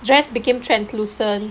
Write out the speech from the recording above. dress became translucent